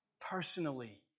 personally